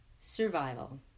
survival